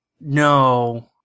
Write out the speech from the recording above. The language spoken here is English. No